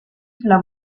sulla